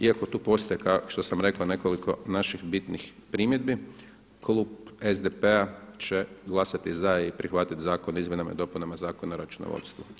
Iako tu postoji kao što sam rekao nekoliko naših bitnih primjedbi klub SDP-a će glasati za i prihvatiti Zakon o izmjenama i dopunama Zakona o računovodstvu.